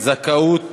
זכאות